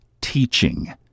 teaching